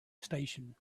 station